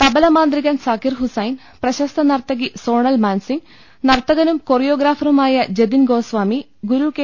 തബല മാന്ത്രികൻ സക്കീർ ഹുസൈൻ പ്രശസ്ത നർത്തകി സോണൽ മാൻസിംഗ് നർത്തകനും കൊറിയോഗ്രാഫറുമായ ജതിൻ ഗോസ്വാമി ഗുരു കെ